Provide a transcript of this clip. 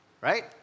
Right